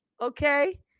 okay